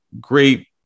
great